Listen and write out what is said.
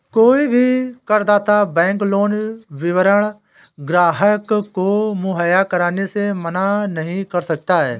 कोई भी करदाता बैंक लोन विवरण ग्राहक को मुहैया कराने से मना नहीं कर सकता है